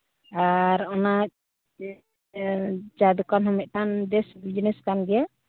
ᱟᱨ ᱚᱱᱟ ᱪᱟ ᱫᱚᱠᱟᱱ ᱦᱚᱸ ᱢᱤᱫᱴᱟᱝ ᱵᱮᱥ ᱵᱤᱡᱽᱱᱮᱥ ᱠᱟᱱ ᱜᱮᱭᱟ